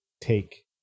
take